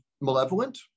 malevolent